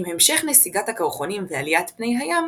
עם המשך נסיגת הקרחונים ועליית פני הים,